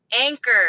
anchor